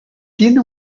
tiene